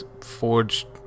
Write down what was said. forged